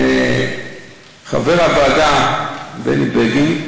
חבר הוועדה בני בגין,